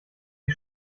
die